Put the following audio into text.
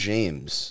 James